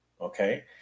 Okay